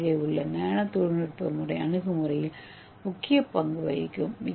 ஏ கீழே உள்ள நானோ தொழில்நுட்ப அணுகுமுறையில் முக்கிய பங்கு வகிக்கும்